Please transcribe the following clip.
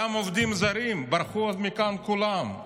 גם עובדים זרים ברחו מכאן, כולם.